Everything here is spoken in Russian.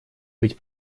быть